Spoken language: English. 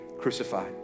crucified